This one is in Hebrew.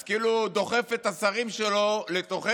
אז כאילו הוא דוחף את השרים שלו לתוכנו,